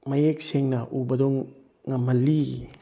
ꯃꯌꯦꯛ ꯁꯦꯡꯅ ꯎꯕꯗꯣ ꯉꯝꯍꯜꯂꯤ